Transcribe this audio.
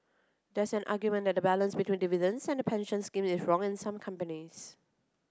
there's an argument that the balance between dividends and the pension scheme is wrong in some companies